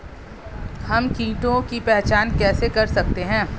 हम कीटों की पहचान कैसे कर सकते हैं?